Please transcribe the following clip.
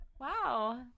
Wow